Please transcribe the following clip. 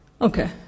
Okay